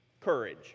courage